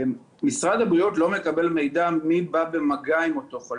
משרד הבריאות לא מקבל מידע מי בא במגע עם אותו חולה.